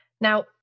Now